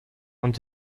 und